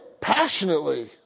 passionately